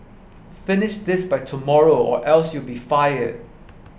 finish this by tomorrow or else you'll be fired